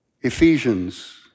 Ephesians